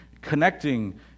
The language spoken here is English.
connecting